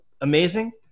amazing